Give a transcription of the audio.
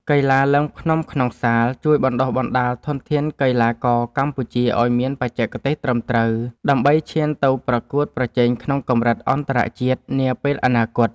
កីឡាឡើងភ្នំក្នុងសាល ជួយបណ្ដុះបណ្ដាលធនធានកីឡាករកម្ពុជាឱ្យមានបច្ចេកទេសត្រឹមត្រូវ ដើម្បីឈានទៅប្រកួតប្រជែងក្នុងកម្រិតអន្តរជាតិនាពេលអនាគត។